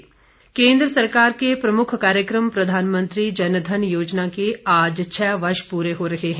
जनधन योजना केन्द्र सरकार के प्रमुख कार्यक्रम प्रधानमंत्री जनधन योजना के आज छह वर्ष पूरे हो रहे हैं